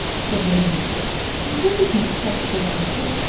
said lady anne and what is not quite so wonderful,